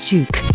Duke